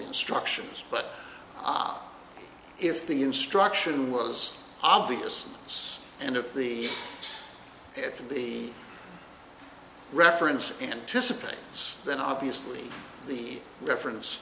instructions but i if the instruction was obvious so and if the if the reference anticipated so then obviously the reference